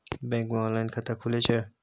Bank मे online खाता खुले छै?